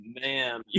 Man